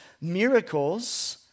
miracles